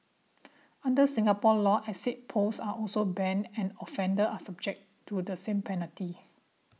under Singapore law exit polls are also banned and offenders are subject to the same penalty